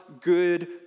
good